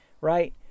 Right